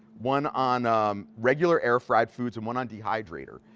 one on regular air fried foods and one on dehydrator.